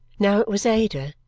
now it was ada,